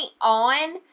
on